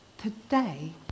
Today